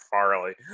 Farley